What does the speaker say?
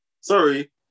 Sorry